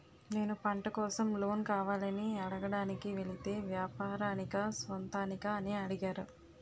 నేను పంట కోసం లోన్ కావాలని అడగడానికి వెలితే వ్యాపారానికా సొంతానికా అని అడిగారు